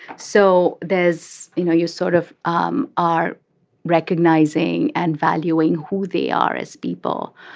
so there's you know, you sort of um are recognizing and valuing who they are as people.